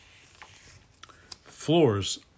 Floors